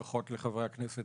ברכות לחברי הכנסת